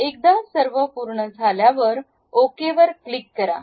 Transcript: एकदा सर्व पूर्ण झाल्यावर Ok वर क्लिक करा